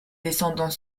descendant